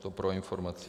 To pro informaci.